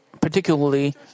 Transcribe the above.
particularly